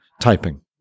typing